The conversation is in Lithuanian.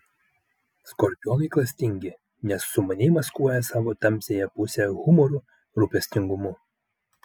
skorpionai klastingi nes sumaniai maskuoja savo tamsiąją pusę humoru rūpestingumu